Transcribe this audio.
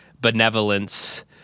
benevolence